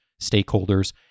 stakeholders